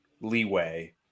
leeway